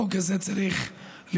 את החוק הזה צריך לבטל.